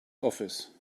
office